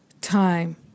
time